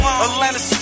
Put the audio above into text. Atlanta